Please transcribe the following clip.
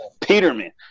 Peterman